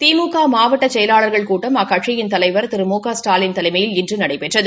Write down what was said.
திமுக மாவட்ட செயலாளா்கள் கூட்டம் அக்கட்சியின் தலைவா் திரு மு க ஸ்டாலின் தலைமையில் இன்று நடைபெற்றது